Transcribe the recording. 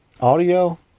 audio